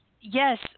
Yes